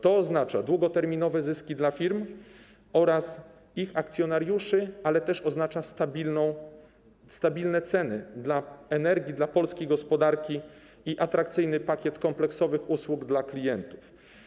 To oznacza długoterminowe zyski dla firm oraz ich akcjonariuszy, ale też oznacza stabilne ceny energii dla polskiej gospodarki i atrakcyjny pakiet kompleksowych usług dla klientów.